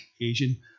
Asian